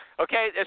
okay